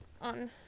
on